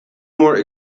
more